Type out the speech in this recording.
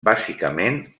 bàsicament